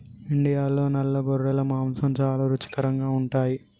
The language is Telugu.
ఇండియాలో నల్ల గొర్రెల మాంసం చాలా రుచికరంగా ఉంటాయి